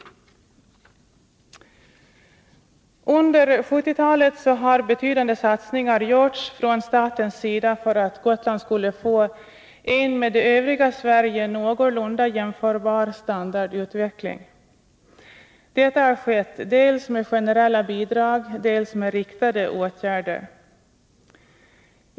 Under 1970-talet har betydande satsningar gjorts från statens sida för att Gotland skulle få en med det övriga Sverige någorlunda jämförbar standardutveckling. Detta har skett dels med generella bidrag, dels med riktade åtgärder.